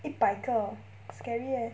一百个 scary leh